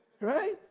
Right